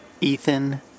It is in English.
Ethan